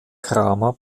cramer